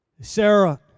Sarah